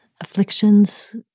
afflictions